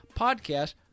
podcast